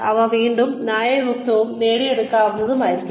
അവ വീണ്ടും ന്യായയുക്തവും നേടിയെടുക്കാവുന്നതുമായിരിക്കണം